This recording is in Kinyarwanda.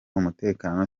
umutekano